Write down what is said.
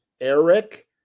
eric